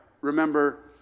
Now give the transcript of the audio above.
Remember